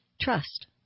trust